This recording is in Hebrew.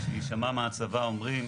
היא שמעה מה הצבא אומר.